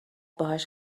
باهاش